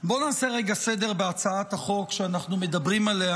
בואו נעשה רגע סדר בהצעת החוק שאנחנו מדברים עליה,